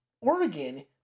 Oregon